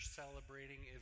celebrating